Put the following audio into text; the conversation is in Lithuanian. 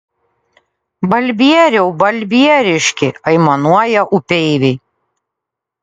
balbieriau balbieriški aimanuoja upeiviai